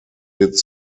did